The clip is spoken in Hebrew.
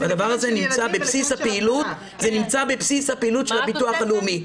הדבר הזה נמצא בבסיס הפעילות של הביטוח הלאומי.